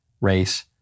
race